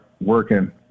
working